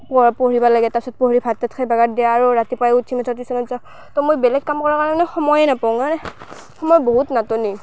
পুৱা পঢ়িব লাগে তাৰ পিছত পঢ়ি ভাত তাত খাই বাগৰ দিয়া আৰু ৰাতিপুৱাই উঠি মুঠতে টিউচনত যাওঁ ত' মই বেলেগ কাম কৰাৰ কাৰণে সময়েই নাপাওঁ কাৰণে সময়ৰ বহুত নাটনি